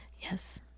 Yes